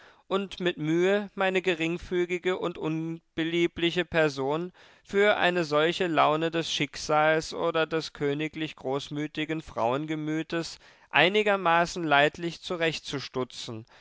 und mit mühe meine geringfügige und unliebliche person für eine solche laune des schicksals oder des königlich großmütigen frauengemütes einigermaßen leidlich zurechtzustutzen